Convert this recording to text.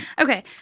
Okay